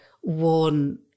one